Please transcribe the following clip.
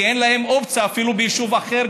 כי אין להם אופציה אפילו ביישוב אחר,